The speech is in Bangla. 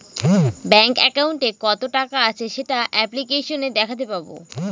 ব্যাঙ্ক একাউন্টে কত টাকা আছে সেটা অ্যাপ্লিকেসনে দেখাতে পাবো